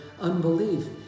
unbelief